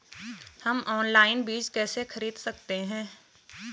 हम ऑनलाइन बीज कैसे खरीद सकते हैं?